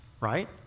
right